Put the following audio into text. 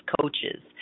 coaches